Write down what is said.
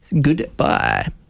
Goodbye